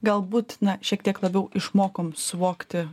galbūt na šiek tiek labiau išmokom suvokti